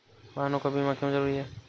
वाहनों का बीमा क्यो जरूरी है?